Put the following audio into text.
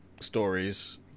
stories